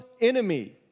enemy